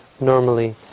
normally